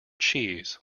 cheese